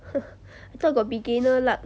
I thought got beginner luck